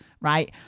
right